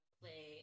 play